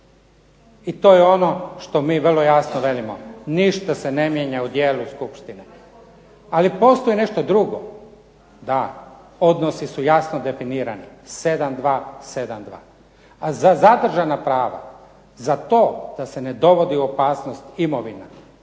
I to je ono što mi vrlo jasno velimo ništa se ne mijenja u dijelu skupštine. Ali postoji nešto drugo, da odnosi su jasno definirani 7:2, 7:2, a za zadržana prava, za to da se ne dovodi u opasnost imovina,